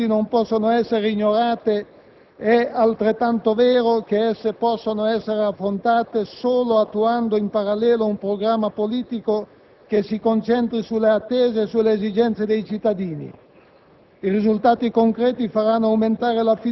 se le sfide istituzionali e costituzionali non possono essere ignorate, è altrettanto vero che esse possono essere affrontate solo attuando in parallelo un programma politico che si concentri sulle attese e sulle esigenze dei cittadini.